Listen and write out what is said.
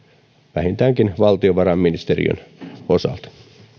vähintäänkin valtiovarainministeriön osalta